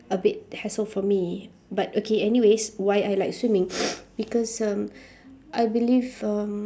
a bit hassle for me but okay anyways why I like swimming because um I believe um